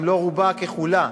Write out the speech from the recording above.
אם לא רובה ככולה,